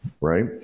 right